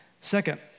Second